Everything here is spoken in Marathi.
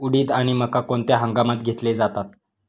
उडीद आणि मका कोणत्या हंगामात घेतले जातात?